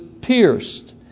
pierced